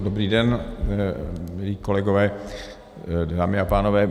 Dobrý den, milí kolegové, dámy a pánové.